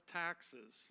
taxes